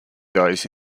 those